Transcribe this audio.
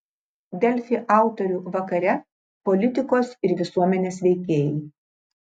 delfi autorių vakare politikos ir visuomenės veikėjai